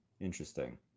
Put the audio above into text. Interesting